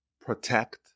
protect